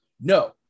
No